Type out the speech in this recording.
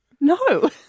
No